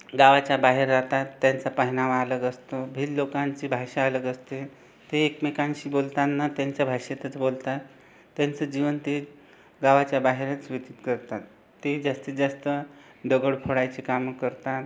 गावाच्या बाहेर राहतात त्यांचा पहनावा अलग असतो भिल्ल लोकांची भाषा अलग असते ते एकमेकांशी बोलताना त्यांच्या भाषेतच बोलतात त्यांचं जीवन ते गावाच्या बाहेरच व्यतित करतात ते जास्तीत जास्त दगड फोडायची कामं करतात